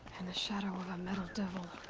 and the shadow of a metal devil.